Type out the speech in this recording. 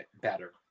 better